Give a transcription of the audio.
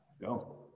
Go